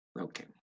Okay